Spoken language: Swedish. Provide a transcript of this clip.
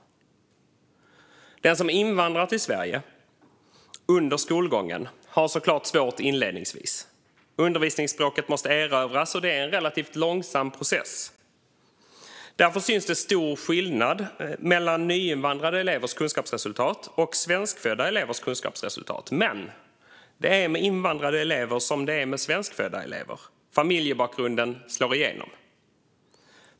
Den som invandrar till Sverige under skolgången har det såklart svårt inledningsvis. Undervisningsspråket måste erövras, och det är en relativt långsam process. Därför är det stor skillnad mellan nyinvandrade elevers kunskapsresultat och svenskfödda elevers kunskapsresultat. Men det är med invandrade elever som det är med svenskfödda elever: Familjebakgrunden slår igenom.